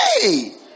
Hey